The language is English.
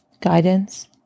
guidance